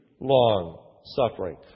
long-suffering